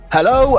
Hello